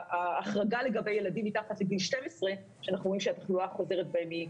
ההחרגה לגבי ילדים מתחת לגיל 12 שאנחנו רואים שהתחלואה החוזרת בהן היא